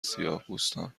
سیاهپوستان